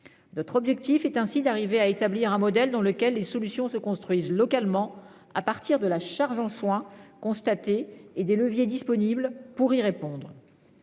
Notre objectif est ainsi d'établir un modèle dans lequel les solutions se construisent localement à partir de la charge en soins constatée et des leviers disponibles pour y répondre.